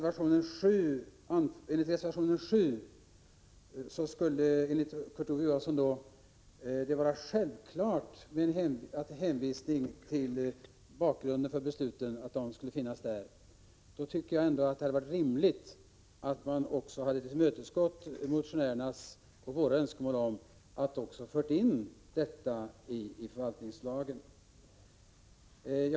Vad gäller reservationen 7 skulle det, säger Kurt Ove Johansson, vara självklart att en hänvisning till bakgrunden för besluten skulle finnas, men då tycker jag att det ändå hade varit rimligt att man också hade tillmötesgått motionärernas och våra önskemål om att föra in en sådan bestämmelse i förvaltningslagen.